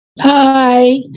Hi